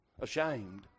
ashamed